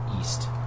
east